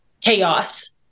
chaos